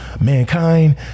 mankind